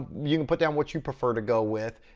you can put down what you prefer to go with.